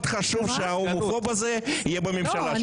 חשוב שההומופוב הזה יהיה בממשלה שלכם.